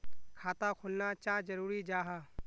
खाता खोलना चाँ जरुरी जाहा?